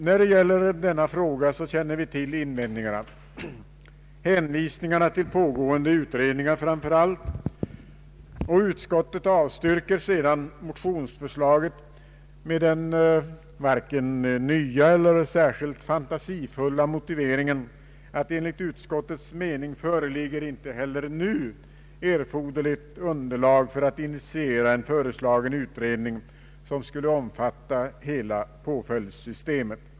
När det gäller denna fråga känner vi till invändningarna — hänvisningarna till pågående utredningar framför allt — och utskottet avstyrker sedan motionsförslaget med den varken nya eller särskilt fantasifulla motiveringen, att enligt utskottets mening föreligger inte heller nu erforderligt underlag för att initiera en föreslagen utredning som skulle omfatta hela påföljdssystemet.